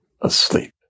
asleep